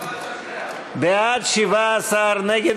נחמן שי, קסניה סבטלובה, איילת